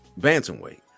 bantamweight